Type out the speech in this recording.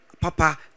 Papa